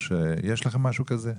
יש לכם משהו כזה?